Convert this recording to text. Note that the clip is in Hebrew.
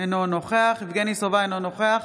אינו נוכח יבגני סובה, אינו נוכח